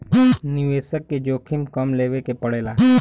निवेसक के जोखिम कम लेवे के पड़ेला